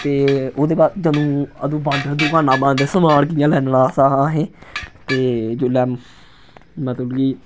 ते ओह्दे बाद जदूं अंदू दकानांं बंद समान कि'यां लैना असें ते जेल्लै मतलब कि